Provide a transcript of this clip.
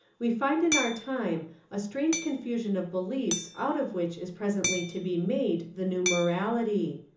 we find in our time a strange confusion of beliefs out of which is presently to be made the new mo rality.